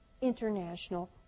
international